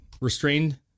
Restrained